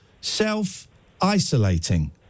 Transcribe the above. self-isolating